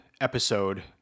episode